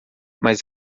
mas